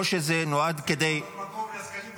או שזה נועד --- אתה צריך לפנות מקום לעסקנים חדשים.